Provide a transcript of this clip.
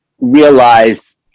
realize